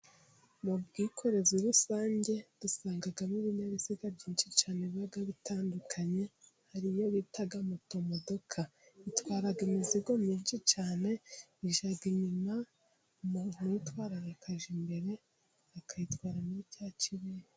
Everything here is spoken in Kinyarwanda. Mu bwikorezi rusange dusangamo ibinyabiziga byinshi cyane biba bitandukanye; hari iyo bita moto-modoka, itwara imizigo myinshi cyane, bijya inyuma umuntu uyitwara akajya imbere akayitwara muri cya ...